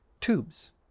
tubes